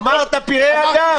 אמרת פראי אדם.